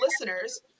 listeners